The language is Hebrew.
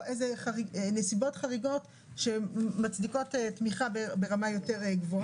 נסיבות חריגות שמצדיקות תמיכה ברמה יותר גבוהה.